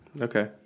okay